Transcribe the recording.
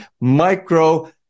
micro